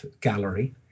Gallery